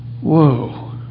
Whoa